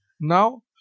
Now